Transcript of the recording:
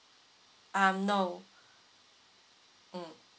um no